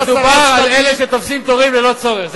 מדובר על אלה שתופסים תורים ללא צורך,